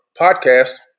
podcast